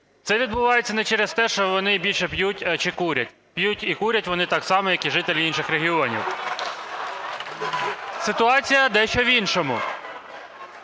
Це відбувається не через те, що вони більше п'ють чи курять. П'ють і курять вони так само як і жителі інших регіонів. (Шум у залі) Ситуація дещо в іншому.